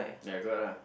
ya got ah